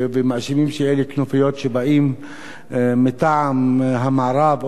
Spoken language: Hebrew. ומאשימים שאלה כנופיות שבאות מטעם המערב,